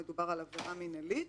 מדובר על עבירה מינהלית.